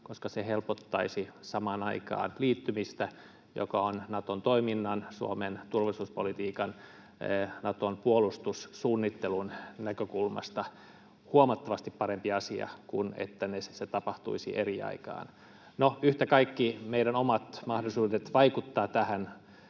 koska se helpottaisi samaan aikaan liittymistä, mikä on Naton toiminnan, Suomen turvallisuuspolitiikan, Naton puolustussuunnittelun näkökulmasta huomattavasti parempi asia kuin se, että se tapahtuisi eri aikaan. No, yhtä kaikki, meidän omat mahdollisuudet vaikuttaa tähän